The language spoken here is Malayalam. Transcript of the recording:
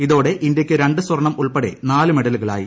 ഇതോടെ ഇന്ത്യയ്ക്ക് രണ്ട് സ്വർണ്ണം ഉൾപ്പെടെ നാല് മെഡലുകളായി